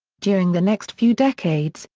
during the next few decades,